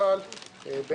2012-2016.